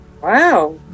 Wow